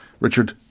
Richard